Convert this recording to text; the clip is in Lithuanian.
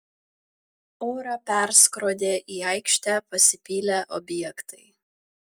orą perskrodė į aikštę pasipylę objektai